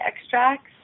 extracts